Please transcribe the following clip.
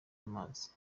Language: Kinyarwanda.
amazi